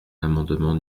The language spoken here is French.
l’amendement